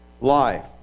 life